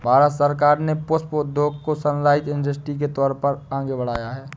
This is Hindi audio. भारत सरकार ने पुष्प उद्योग को सनराइज इंडस्ट्री के तौर पर आगे बढ़ाया है